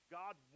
God